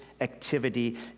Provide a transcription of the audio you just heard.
activity